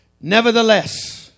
Nevertheless